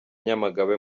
nyamagabe